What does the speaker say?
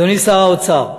אדוני שר האוצר,